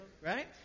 Right